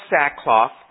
sackcloth